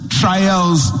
trials